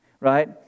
right